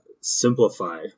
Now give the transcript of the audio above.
simplify